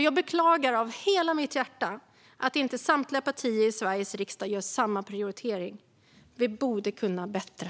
Jag beklagar av hela mitt hjärta att inte samtliga partier i Sveriges riksdag gör samma prioritering. Vi borde kunna bättre.